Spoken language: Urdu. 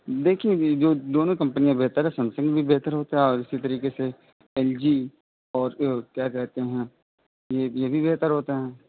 دیکھیے جی جو دونوں کمپنیاں بہتر ہے سمسنگ بھی بہتر ہوتا ہے اور اسی طریقے سے ایل جی اور کیا کہتے ہیں یہ بھی یہ بھی بہتر ہوتے ہیں